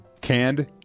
Canned